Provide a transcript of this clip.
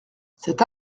cet